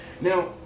now